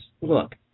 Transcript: look